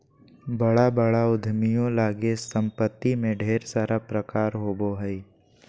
बड़ा बड़ा उद्यमियों लगी सम्पत्ति में ढेर सारा प्रकार होबो हइ